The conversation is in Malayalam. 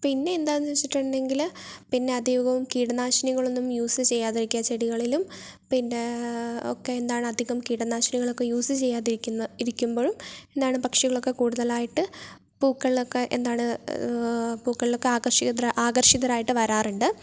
പിന്നെ എന്താന്നുവെച്ചിട്ടുണ്ടെങ്കില് പിന്നെ അധികവും കീടനാശിനികളൊന്നും യൂസ് ചെയ്യാതിരിക്കുക ചെടികളിലും പിന്നെ ഒക്കെ എന്താണ് അധികം കീടനാശിനികളൊക്കെ യൂസ് ചെയ്യാതിരിക്കുന്ന ഇരിക്കുമ്പോഴും എന്താണ് പക്ഷികളൊക്കെ കൂടുതലായിട്ട് പൂക്കളിലൊക്കെ എന്താണ് പൂക്കളിലൊക്കെ ആകർഷിത ആകർഷിതരായിട്ട് വരാറുണ്ട്